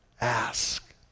ask